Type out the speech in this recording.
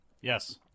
Yes